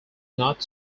not